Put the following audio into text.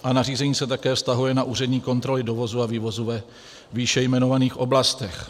A nařízení se také vztahuje na úřední kontroly dovozu a vývozu ve výše jmenovaných oblastech.